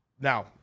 now